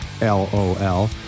l-o-l